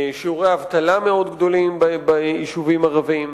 שיעורי אבטלה מאוד גדולים ביישובים ערביים.